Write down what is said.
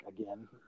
again